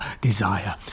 desire